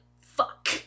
Fuck